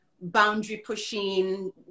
boundary-pushing